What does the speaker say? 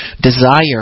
desire